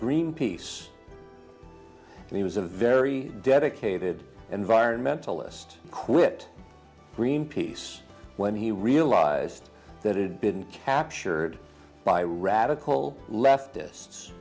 greenpeace and he was a very dedicated environmentalist quit greenpeace when he realized that it had been captured by radical left